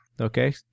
Okay